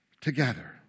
Together